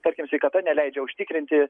tarkim sveikata neleidžia užtikrinti